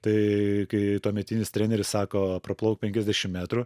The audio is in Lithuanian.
tai kai tuometinis treneris sako praplauk penkiasdešim metrų